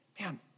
man